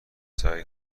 سعی